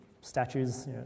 statues